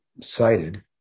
cited